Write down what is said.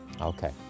Okay